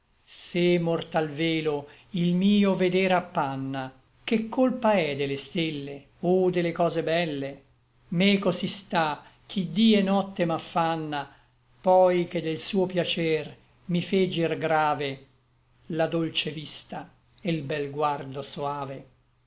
se mortal velo il mio veder appanna che colpa è de le stelle o de le cose belle meco si sta chi dí et notte m'affanna poi che del suo piacer mi fe gir grave la dolce vista e l bel guardo soave